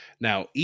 now